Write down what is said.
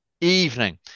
evening